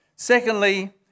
Secondly